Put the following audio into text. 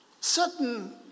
certain